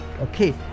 okay